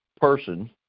person